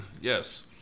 yes